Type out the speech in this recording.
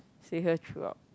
stay here throughout